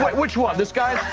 which one? this guy?